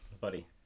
Buddy